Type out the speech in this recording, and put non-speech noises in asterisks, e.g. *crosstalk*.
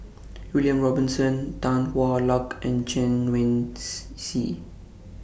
William Robinson Tan Hwa Luck and Chen Wen *unintelligible* Hsi